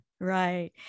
Right